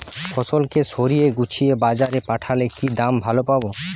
ফসল কে সাজিয়ে গুছিয়ে বাজারে পাঠালে কি দাম ভালো পাব?